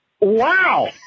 Wow